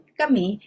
kami